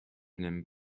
n’aime